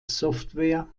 software